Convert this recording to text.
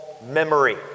Memory